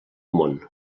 món